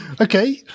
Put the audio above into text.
Okay